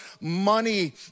money